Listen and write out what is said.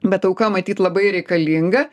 bet auka matyt labai reikalinga